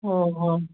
ꯍꯣꯏ ꯍꯣꯏ